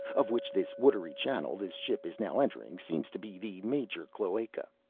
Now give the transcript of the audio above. of which this watery channel this ship is now entering seems to be the major cloaca.